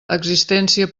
existència